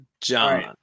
John